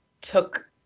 took